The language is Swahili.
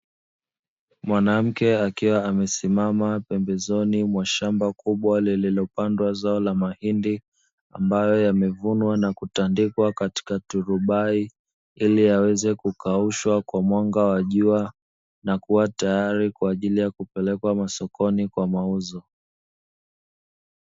Mwanamke akiwa amesimama pembezoni mwa shamba kubwa lililopandwa zao la mahindi, ambayo yamevunwa na kutandazwa katika turubai ili yaweze kukaushwa kwa mwanga wa jua na kuwa tayari kwa ajili ya kupelekwa masokoni kwa mauzo.